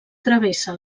travessa